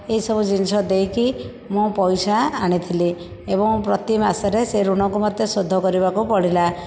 ଏଇସବୁ ଜିନିଷ ଦେଇକି ମୁଁ ପଇସା ଆଣିଥିଲି ଏବଂ ପ୍ରତି ମାସରେ ସେ ଋଣକୁ ମୋତେ ସୁଧ କରିବାକୁ ପଡ଼ିଲା